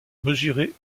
mesurée